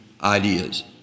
ideas